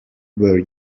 where